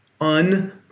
un-